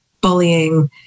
bullying